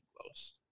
close